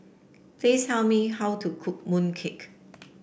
please tell me how to cook mooncake